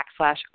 backslash